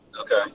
Okay